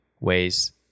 ways